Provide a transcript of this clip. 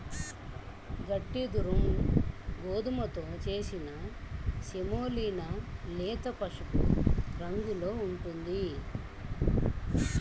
గట్టి దురుమ్ గోధుమతో చేసిన సెమోలినా లేత పసుపు రంగులో ఉంటుంది